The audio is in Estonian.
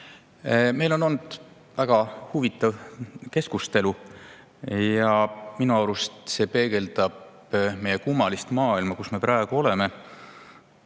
Meil on olnud väga huvitav keskustelu ja minu arust see peegeldab meie kummalist maailma, kus me praegu oleme